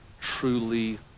truly